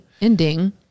ending